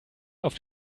auf